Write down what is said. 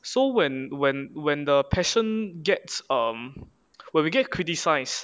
so when when when the passion gets um where we get criticised